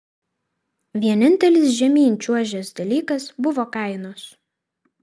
vienintelis žemyn čiuožęs dalykas buvo kainos